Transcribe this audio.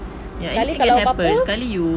ya anything can happen sekali you